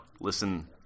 Listen